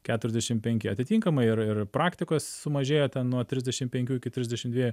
keturiasdešim penki atitinkamai ir ir praktikos sumažėjo ten nuo trisdešim penkių iki trisdešim dviejų